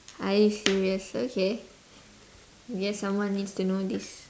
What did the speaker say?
are you serious okay yes someone needs to know this